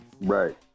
Right